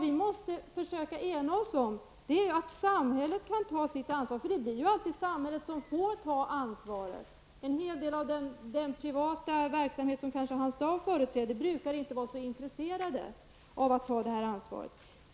Vi måste försöka enas kring att samhället skall ta sitt ansvar. Det blir alltid samhället som får ta ansvaret. En hel del av den privata verksamhet som Hans Dau företräder brukar inte vara så intresserad av att ta det ansvaret.